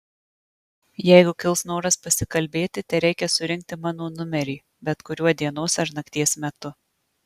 jeigu kils noras pasikalbėti tereikia surinkti mano numerį bet kuriuo dienos ar nakties metu